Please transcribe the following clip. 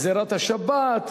גזירת השבת,